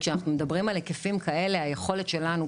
כשאנחנו מדברים על היקפים כאלה היכולת שלנו,